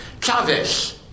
Chavez